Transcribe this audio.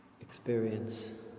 experience